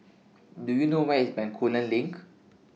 Do YOU know Where IS Bencoolen LINK